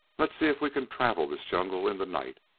let's see if we can travel this jungle in the night!